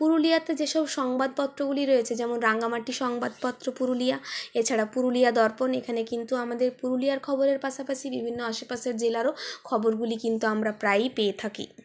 পুরুলিয়াতে যেসব সংবাদ পত্রগুলি রয়েছে যেমন রাঙামাটি সংবাদপত্র পুরুলিয়া এছাড়া পুরুলিয়া দর্পন এখানে কিন্তু আমাদের পুরুলিয়ার খবর এর পাশাপাশি বিভিন্ন আশেপাশের জেলারও খবরগুলি কিন্তু আমরা প্রায়ই পেয়ে থাকি